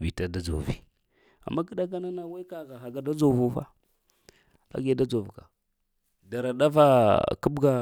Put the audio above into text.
vita da dzori amma kaeɗa kana na we kagha haka ɗa dzovu fa, age da dzovka dara ɗafa kabga.